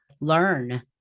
learn